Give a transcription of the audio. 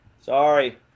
Sorry